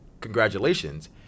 congratulations